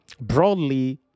broadly